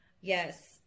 Yes